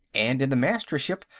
and in the mastership,